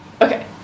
Okay